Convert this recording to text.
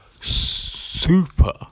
super